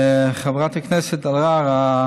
חברת הכנסת אלהרר,